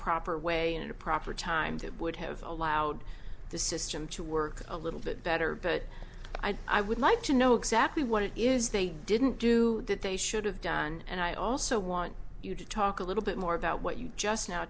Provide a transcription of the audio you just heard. proper way in a proper time that would have allowed the system to work a little bit better but i thought i would like to know exactly what it is they didn't do that they should have done and i also want you to talk a little bit more about what you've just now